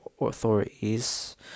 authorities